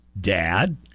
Dad